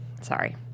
Sorry